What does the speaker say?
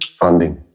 funding